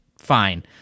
fine